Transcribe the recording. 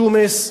ג'ומס,